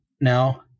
Now